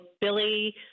Billy